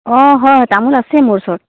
অ' হয় তামোল আছে মোৰ ওচৰত